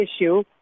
issue